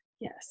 yes